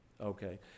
okay